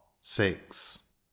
six